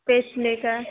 pest लेकर